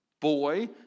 boy